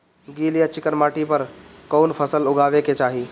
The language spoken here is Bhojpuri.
गील या चिकन माटी पर कउन फसल लगावे के चाही?